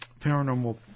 paranormal